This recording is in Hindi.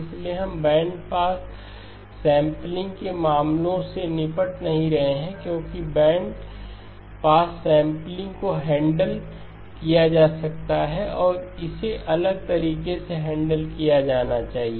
इसलिए हम बैंडपास सैंपलिंग के मामलों से निपट नहीं रहे हैं क्योंकि बैंडपास सैंपलिंग को हैंडल किया जा सकता है और इसे अलग तरीके से हैंडल किया जाना चाहिए